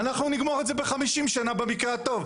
אנחנו נגמור את זה ב-50 שנים במקרה הטוב.